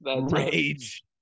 Rage